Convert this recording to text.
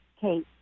Kate